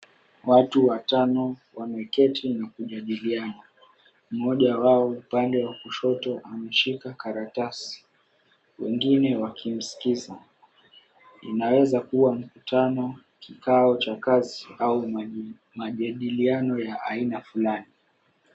Watu watano, wameketi, na kujadiliana, mmoja wao upande wa kushoto, ameshika karatasi, wengine wakimskiza. Inaweza kuwa mkutano, kikao cha kazi au majadiliano ya aina flani.